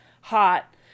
hot